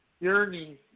yearning